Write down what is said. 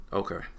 okay